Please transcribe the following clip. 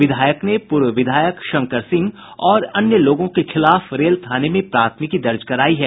विधायक ने पूर्व विधायक शंकर सिंह और अन्य लोगों के खिलाफ रेल थाने में प्राथमिकी दर्ज करायी है